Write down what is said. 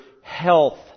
health